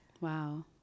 Wow